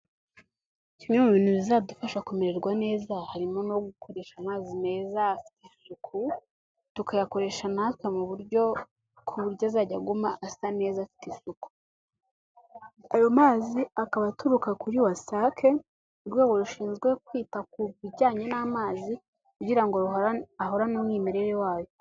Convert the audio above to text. Kimwe mu bintu bizadufasha kumererwa neza harimo no gukoresha amazi meza afite isuku, tukayakoresha natwe mu buryo kuburyo azajya aguma asa neza afite isuku, ayo mazi akaba aturuka kuri WASAC, urwego rushinzwe kwita ku bijyanye n'amazi, kugira ngo ahorane umwimerere wayo.